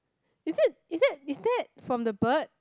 is it is it is that from the bird